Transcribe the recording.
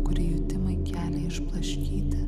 kur jutimai kelia išblaškyti